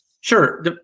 Sure